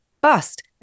bust